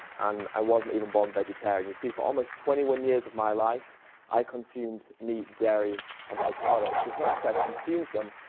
and i wasn't even born vegetarian, you see for almost twenty one years of my life i consumed meat dairy and egg products, it's not just that i consumed them,